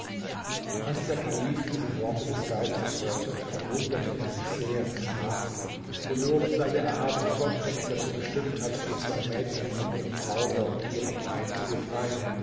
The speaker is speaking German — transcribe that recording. als der kalif diese worte des geistes hörte verwunderte er sich sehr und sprach gelobt sei der erhabene gott der mich dazu bestimmt hat die zwei mädchen von ihrem zauber und ihrer pein zu befreien